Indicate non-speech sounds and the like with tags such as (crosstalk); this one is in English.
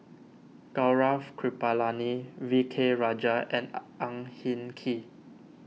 Gaurav Kripalani V K Rajah and (hesitation) Ang Hin Kee